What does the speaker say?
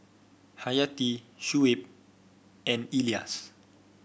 Hayati Shuib and Elyas